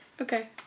Okay